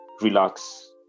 relax